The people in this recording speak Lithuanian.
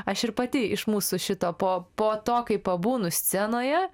aš ir pati iš mūsų šito po po to kai pabūnu scenoje